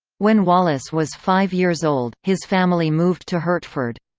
when wallace was five years old, his family moved to hertford.